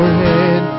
head